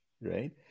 right